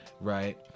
right